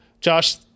Josh